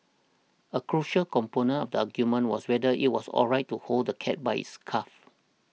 a crucial component of the argument was whether it was alright to hold the cat by its scuff